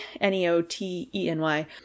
N-E-O-T-E-N-Y